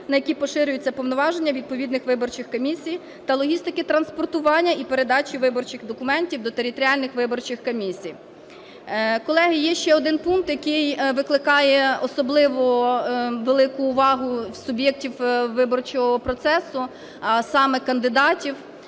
на які поширюються повноваження відповідних виборчих комісій, та логістики транспортування і передачі виборчих документів до територіальних виборчих комісій. Колеги, є ще один пункт, який викликає особливу велику увагу в суб'єктів виборчого процесу, а саме кандидатів.